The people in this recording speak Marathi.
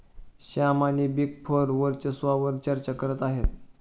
श्याम आणि बिग फोर वर्चस्वावार चर्चा करत आहेत